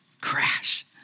crash